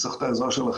אני צריך את העזרה שלכם,